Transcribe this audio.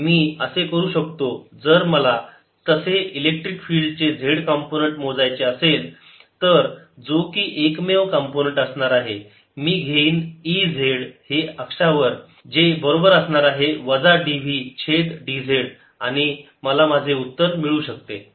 मी असे करू शकतो जर मला तसे इलेक्ट्रिक फिल्ड चे z कंपोनंन्ट मोजायचे असेल तर जो की एकमेव कंपोनंन्ट असणार आहे मी घेईन E z हे अक्षावर जे बरोबर असणार आहे वजा dv छेद dz आणि मला माझे उत्तर मिळू शकते